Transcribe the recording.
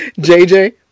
JJ